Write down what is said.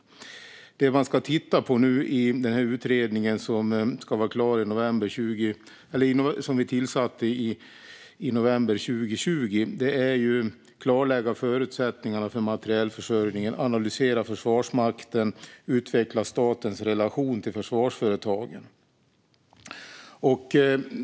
De frågor man ska titta på i den utredning som vi tillsatte i november 2020 handlar om att klarlägga förutsättningarna för materielförsörjningen, analysera Försvarsmakten och utveckla statens relation till försvarsföretagen.